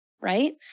right